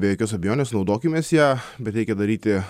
be jokios abejonės naudokimės ja bet reikia daryti